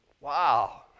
Wow